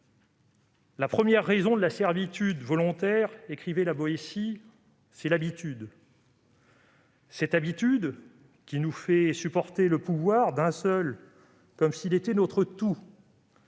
« La première raison de la servitude volontaire, c'est l'habitude », cette habitude qui nous fait supporter le pouvoir d'un seul comme s'il était notre tout,